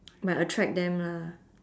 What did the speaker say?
might attract them lah